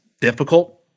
difficult